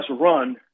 run